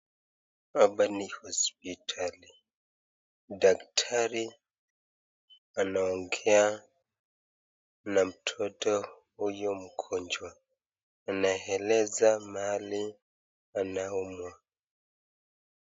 Hapa ni hospitali. Daktari anaongea na mtoto huyo mgonjwa anaeleza mahali anaumwa.